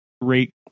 Great